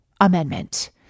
amendment